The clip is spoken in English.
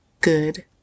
good